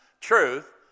truth